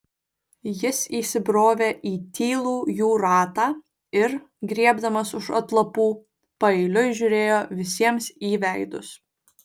jis įsibrovė į tylų jų ratą ir griebdamas už atlapų paeiliui žiūrėjo visiems į veidus